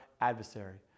Adversary